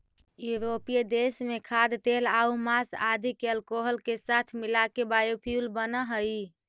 यूरोपीय देश में खाद्यतेलआउ माँस आदि के अल्कोहल के साथ मिलाके बायोफ्यूल बनऽ हई